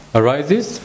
arises